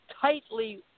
tightly